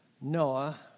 Noah